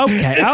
Okay